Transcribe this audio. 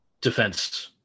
defense